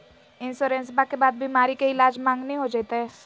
इंसोरेंसबा के बाद बीमारी के ईलाज मांगनी हो जयते?